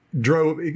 drove